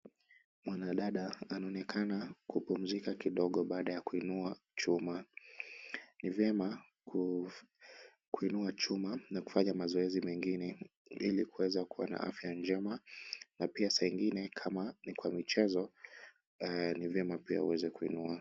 Mwanadada anaonekana kupumzika kidogo baada ya kuinua chuma. Ni vyema kuinua chuma na kufanya mazoezi mengine ili kuweza kuwa na afya njema na pia saa ingine kama ni kwa michezo ni vyema pia uweze kuinua.